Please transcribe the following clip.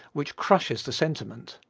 which crushes the sentiment.